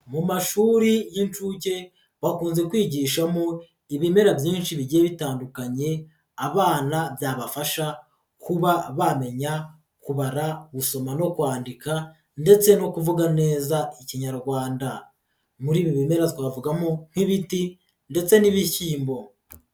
Mu mashuri y'inshuke bakunze kwigishamo ibimera byinshi bigiye bitandukanye abana byabafasha kuba bamenya kubara, gusoma no kwandika ndetse no kuvuga neza Ikinyarwanda. Muri ibi bimera twavugamo nk'ibiti ndetse n'ibishyimbo.